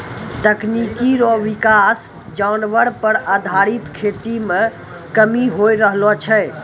तकनीकी रो विकास जानवर पर आधारित खेती मे कमी होय रहलो छै